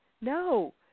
No